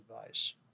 advice